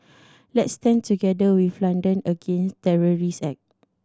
let's stand together with London against terrorist act